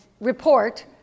report